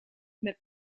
met